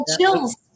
chills